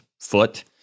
foot